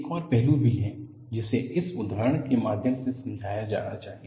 एक और पहलू भी है जिसे इस उदाहरण के माध्यम से समझाया जाना चाहिए